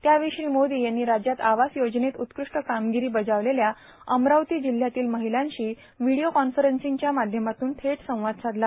त्यावेळी श्री मोदी यांनी राज्यात आवास योजनेत उत्कृष्ट कार्मागरां बजावलेल्या अमरावती जिल्ह्यातील र्माहलांशीहा व्हिडीओ कॉन्फरन्सिंगच्या माध्यमातून थेट संवाद साधला